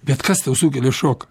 bet kas tau sukelia šoką